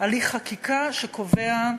הליך חקיקה, שקובע,